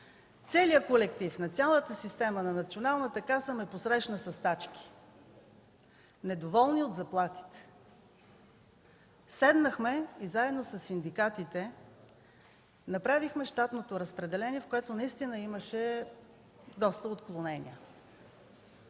каса, колективът на цялата система на Националната каса ме посрещна със стачки – недоволни от заплатите. Седнахме и заедно със синдикатите направихме щатното разпределение, в което наистина имаше доста отклонения.